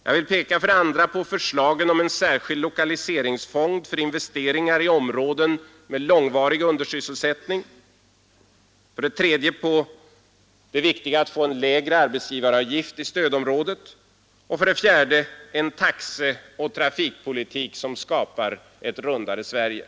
Jag vill för det andra peka på förslagen om särskild lokaliseringsfond för investeringar i områden med långvarig undersysselsättning, för det tredje på det viktiga att få en lägre arbetsgivaravgift i stödområdet och för det Fredagen den fjärde en taxeoch trafikpolitik som skapar ett rundare Sverige.